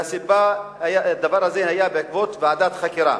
והסיבה: הדבר הזה היה בעקבות ועדת חקירה.